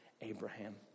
Abraham